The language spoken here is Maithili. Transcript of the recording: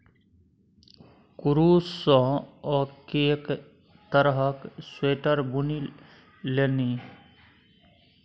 कुरूश सँ ओ कैक तरहक स्वेटर बुनि लेलनि